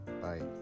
Bye